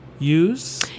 Use